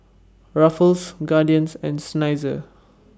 Ruffles Guardian and Seinheiser